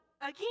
again